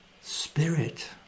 spirit